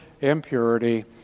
impurity